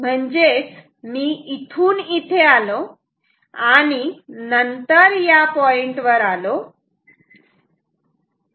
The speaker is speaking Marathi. म्हणजेच मी इथून इथे आलो आणि नंतर या पॉईंटवर आलो